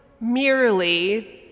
merely